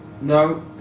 No